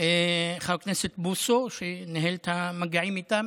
חבר הכנסת בוסו, שניהל את המגעים איתם,